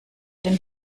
den